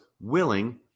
willing